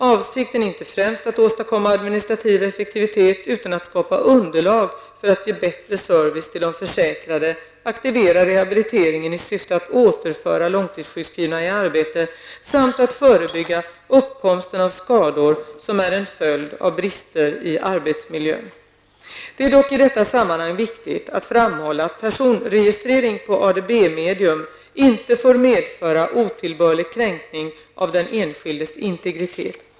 Avsikten är inte främst att åstadkomma administrativ effektivitet utan att skapa underlag för att ge bättre service till de försäkrade, aktivera rehabiliteringen i syfte att återföra långtidssjukskrivna i arbete samt att förebygga uppkomsten av skador som är en följd av brister i arbetsmiljön. Det är dock i detta sammanhang viktigt att framhålla att personregistrering på ADB-medium inte får medföra otillbörlig kränkning av den enskildes integritet.